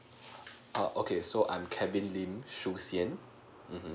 uh okay so I'm kevin lim su shian mmhmm